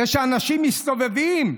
אנשים מסתובבים,